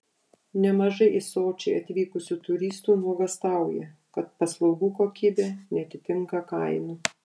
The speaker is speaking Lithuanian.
nemažai į sočį atvykusių turistų nuogąstauja kad paslaugų kokybė neatitinka kainų